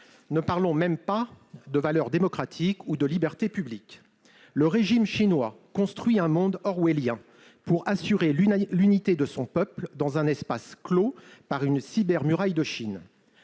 Ne parlons même pas de valeurs démocratiques ou de libertés publiques ... Le régime chinois construit un monde orwellien pour assurer l'unité de son peuple dans un espace clos par une « cybermuraille de Chine